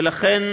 ולכן